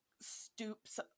stoops